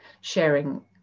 sharing